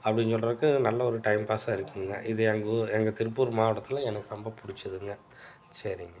அப்படின்னு சொல்லுறக்கு நல்ல ஒரு டைம் பாஸ்ஸாக இருக்குதுங்க இது எங்கள் ஊர் எங்கள் திருப்பூர் மாவட்டத்தில் எனக்கு ரொம்ப பிடிச்சதுங்க சரிங்க